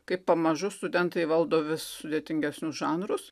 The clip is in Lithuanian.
kaip pamažu studentai valdo vis sudėtingesnius žanrus